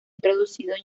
introducido